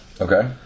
Okay